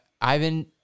Ivan